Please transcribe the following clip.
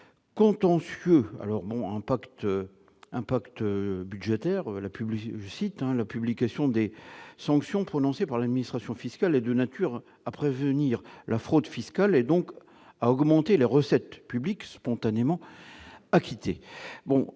contentieux ». En revanche, pour les impacts budgétaires, il est écrit :« La publicité des sanctions prononcées par l'administration fiscale est de nature à prévenir la fraude fiscale et donc à augmenter les recettes publiques spontanément acquittées ».